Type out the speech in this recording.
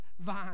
vine